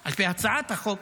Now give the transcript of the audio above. על פי הצעת החוק.